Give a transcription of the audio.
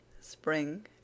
Spring